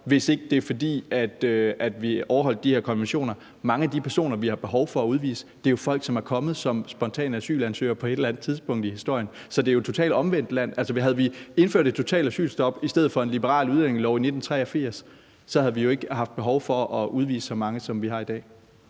vi ikke kan udvise folk, hvis vi skal overholde de her konventioner, vil jeg sige, at mange af de personer, vi har behov for at udvise, er folk, som er kommet som spontane asylansøgere på et eller andet tidspunkt i historien. Så det er jo totalt omvendtland. Havde vi indført et totalt asylstop i stedet for en liberal udlændingelov i 1983, havde vi ikke haft behov for at udvise så mange, som vi har i dag.